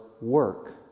work